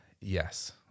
yes